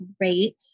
great